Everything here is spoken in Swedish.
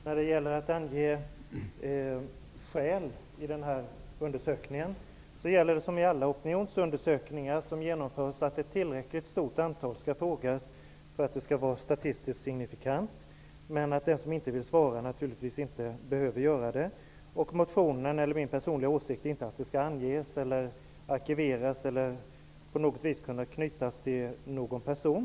Herr talman! Först skall jag kommentera undersökningen av skälen för abort. Precis som i alla opinionsundersökningar som genomförs skall ett tillräckligt stort antal tillfrågas för att undersökningen skall vara statistiskt signifikant. Den som inte vill svara behöver naturligtvis inte göra det. Min personliga åsikt är inte att detta skall arkiveras eller på något vis kunna knytas till någon person.